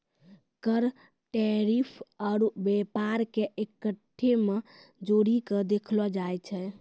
कर टैरिफ आरू व्यापार के एक्कै मे जोड़ीके देखलो जाए छै